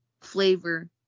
Flavor